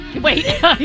Wait